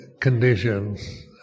conditions